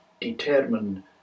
determine